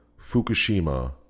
Fukushima